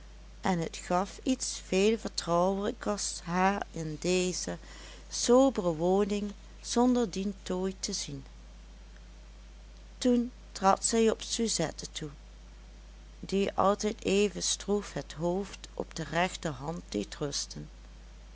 en het gaf iets veel vertrouwelijkers haar in deze sobere woning zonder dien tooi te zien toen trad zij op suzette toe die altijd even stroef het hoofd op de rechterhand